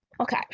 okay